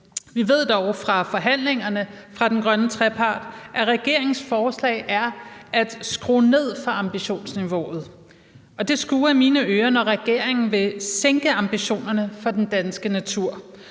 Vi ved dog fra forhandlingerne fra den grønne trepart, at regeringens forslag er at skrue ned for ambitionsniveauet, og det skurrer i mine ører, når regeringen vil sænke ambitionsniveauet for den danske natur.